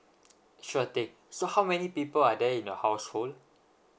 sure thing so how many people are there in your household